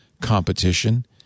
competition